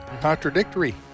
contradictory